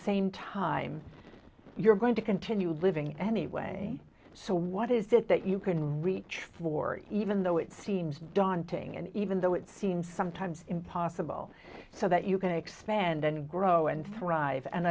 same time you're going to continue living anyway so what is it that you can reach for even though it seems daunting and even though it seems sometimes impossible so that you can expand and grow and thrive and